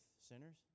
sinners